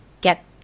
get